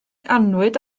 annwyd